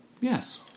Yes